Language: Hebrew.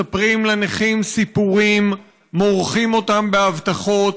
מספרים לנכים סיפורים ומורחים אותם בהבטחות,